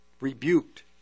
rebuked